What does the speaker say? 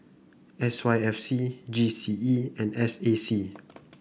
S Y F C G C E and S A C